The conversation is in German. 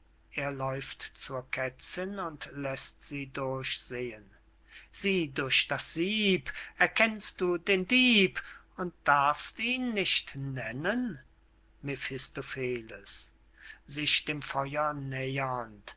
er läuft zur kätzinn und läßt sie durchsehen sieh durch das sieb erkennst du den dieb und darfst ihn nicht nennen mephistopheles sich dem feuer